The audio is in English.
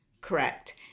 Correct